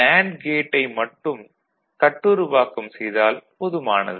NAND கேட்டை மட்டும் கட்டுருவாக்கம் செய்தால் போதுமானது